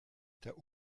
der